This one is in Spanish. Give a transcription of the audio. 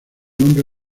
nombre